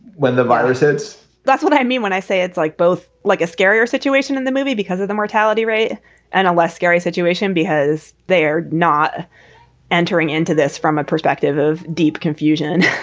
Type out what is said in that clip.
when the virus hits that's what i mean when i say it's like both like a scarier situation in the movie because of the mortality rate and a less scary situation because they're not entering into this from a perspective of deep confusion.